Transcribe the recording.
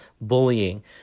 bullying